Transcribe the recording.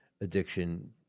addiction